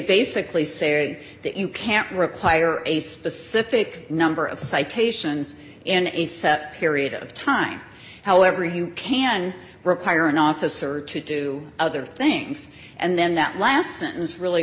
can't require a specific number of citations in a set period of time however you can require an officer to do other things and then that last sentence really